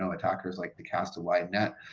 um attackers like to cast a wide net.